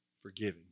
forgiving